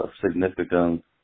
significant